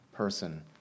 person